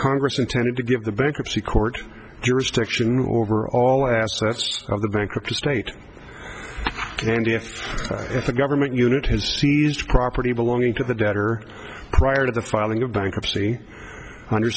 congress intended to give the bankruptcy court jurisdiction over all assets of the bankrupt estate candy if the government unit has seized property belonging to the debtor prior to the filing of bankruptcy under